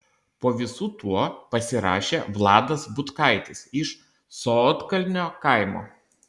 po visu tuo pasirašė vladas butkaitis iš sodkalnio kaimo